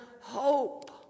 hope